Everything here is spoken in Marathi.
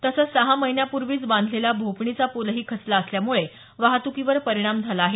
तसंच सहा महिन्यापूर्वीच बांधलेला भोपणीचा पूलही खचला असल्यामुळे वाहतुकीवर परिणाम झाला आहे